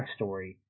backstory